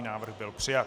Návrh byl přijat.